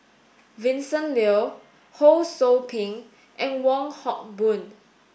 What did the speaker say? Vincent Leow Ho Sou Ping and Wong Hock Boon